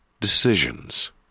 decisions